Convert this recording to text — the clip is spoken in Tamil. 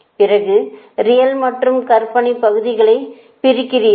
பிறகு ரியல் மற்றும் கற்பனை பகுதிகளை பிரிக்கிறீர்கள்